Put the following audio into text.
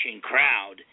crowd